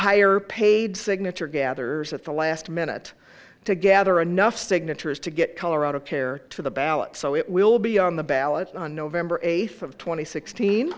hire paid signature gathers at the last minute to gather enough signatures to get colorado care to the ballot so it will be on the ballot on november eighth of tw